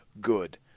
good